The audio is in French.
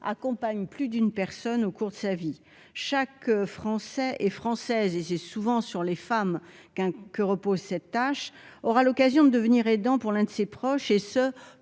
accompagne plus d'une personne au cours de sa vie, chaque Français et Françaises et c'est souvent sur les femmes, qu'un que repose cette tâche aura l'occasion de devenir et aidant pour l'un de ses proches et se